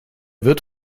wird